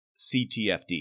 CTFD